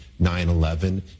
9-11